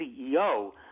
CEO